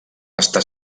està